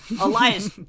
Elias